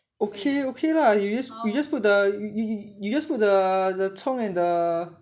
okay okay lah you you just you just put the you you just put the the 葱 and the